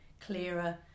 clearer